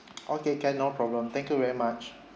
okay can no problem thank you very much